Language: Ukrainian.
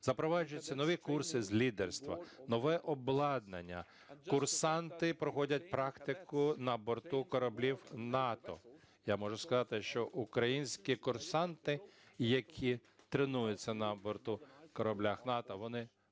Запроваджуються нові курси з лідерства, нове обладнання, курсанти проходять практику на борту кораблів НАТО. Я можу сказати, що українські курсанти, які тренуються на борту кораблів НАТО, вони